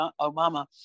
Obama